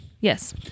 Yes